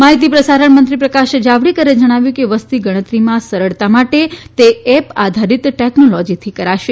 માહિતી પ્રસારણ મંત્રી પ્રકાશ જાવડેકરે જણાવ્યું કે વસ્તી ગણતરીમાં સરળતા માટે તે એપ આધારીત ટેકનોલોજીથી કરાશે